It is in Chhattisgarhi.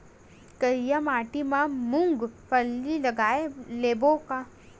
करिया माटी मा मूंग फल्ली लगय लेबों का?